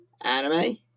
anime